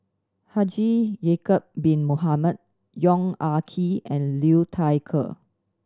Haji Ya'acob Bin Mohamed Yong Ah Kee and Liu Thai Ker